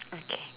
okay